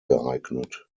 geeignet